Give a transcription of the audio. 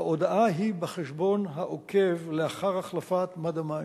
ההודעה היא בחשבון העוקב לאחר החלפת מד המים.